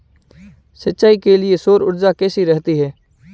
सिंचाई के लिए सौर ऊर्जा कैसी रहती है?